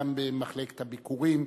גם במחלקת הביקורים,